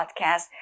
podcast